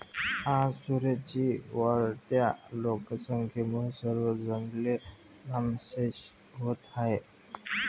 आज सुरेश जी, वाढत्या लोकसंख्येमुळे सर्व जंगले नामशेष होत आहेत